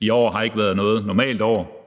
i år ikke har været noget normalt år.